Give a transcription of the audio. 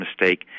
mistake